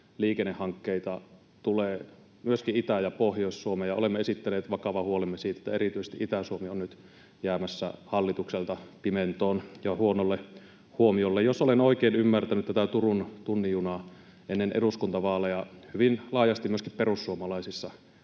liikennehankkeita tulee myöskin Itä- ja Pohjois-Suomeen. Olemme esittäneet vakavan huolemme siitä, että erityisesti Itä-Suomi on nyt jäämässä hallitukselta pimentoon ja huonolle huomiolle. Jos olen oikein ymmärtänyt, tätä Turun tunnin junaa ennen eduskuntavaaleja hyvin laajasti myöskin perussuomalaisissa